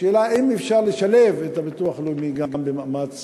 השאלה היא אם אפשר לשלב את הביטוח הלאומי גם במאמץ